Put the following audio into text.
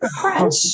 French